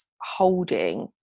holding